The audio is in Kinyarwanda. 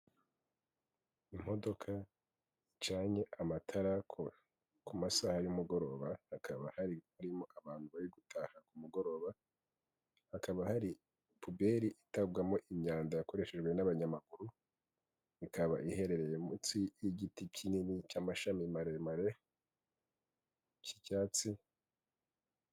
Imodoka zicanye amatara ku masaha y'umugoroba hakaba hari harimo abantu bari gutaha ku mugoroba hakaba hari pubeli itabwamo imyanda yakoreshejwe n'abanyamakuru ikaba iherereye munsi y'igiti kinini cy'amashami maremare cy'icyatsi.